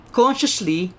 consciously